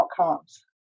outcomes